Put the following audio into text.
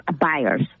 buyers